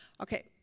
Okay